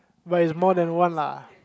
but it's more than one lah